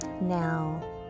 Now